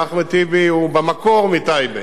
ואחמד טיבי הוא במקור מטייבה,